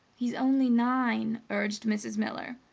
he's only nine, urged mrs. miller.